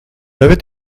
avait